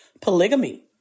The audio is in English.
polygamy